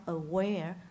aware